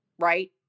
Right